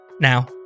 Now